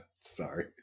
sorry